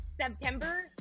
September